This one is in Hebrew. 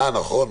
נכון.